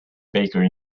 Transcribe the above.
baker